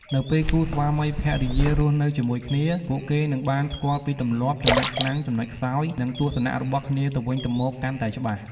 នៅពេលគូស្វាមីភរិយារស់នៅជាមួយគ្នា ពួកគេនឹងបានស្គាល់ពីទម្លាប់ ចំណុចខ្លាំង ចំណុចខ្សោយ និងទស្សនៈរបស់គ្នាទៅវិញទៅមកកាន់តែច្បាស់។